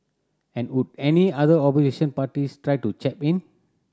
and would any other opposition parties try to chap in